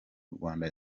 rwanda